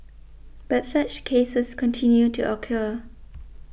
but such cases continue to occur